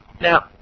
Now